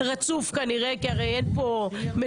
רצוף כנראה כי הרי אין פה מנוחה.